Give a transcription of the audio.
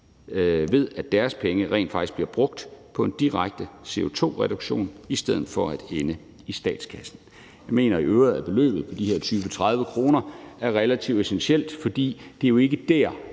ved, at deres penge rent faktisk bliver brugt på en direkte CO2-reduktion i stedet for at ende i statskassen. Jeg mener i øvrigt, at beløbet på de her 20-30 kr. er relativt essentielt, fordi det jo ikke er